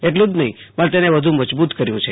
એટલું જ નફીં પણ તેને વધુ મજબૂત કર્યુ છે